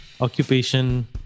occupation